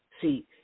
See